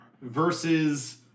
versus